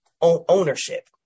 ownership